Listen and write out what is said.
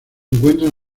encuentra